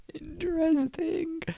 Interesting